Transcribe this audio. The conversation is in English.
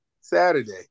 Saturday